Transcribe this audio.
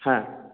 হ্যাঁ